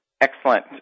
excellent